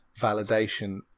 validation